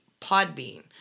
Podbean